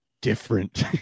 Different